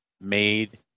made